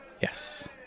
yes